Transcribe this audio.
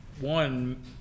one